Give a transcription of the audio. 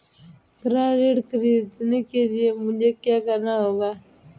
गृह ऋण ख़रीदने के लिए मुझे क्या करना होगा?